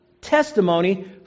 testimony